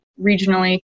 regionally